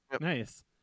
Nice